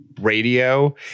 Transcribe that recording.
radio